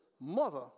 Mother